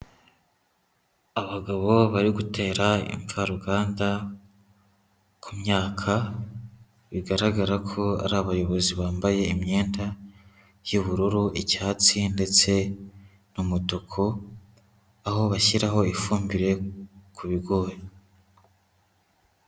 Abagabo bari gutera imvaruganda ku myaka, bigaragara ko ari abayobozi bambaye imyenda y'ubururu, icyatsi ndetse n'umutuku, aho bashyiraho ifumbire ku bigori.